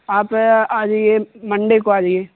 آپ آ جائیے منڈے کو آ جائیے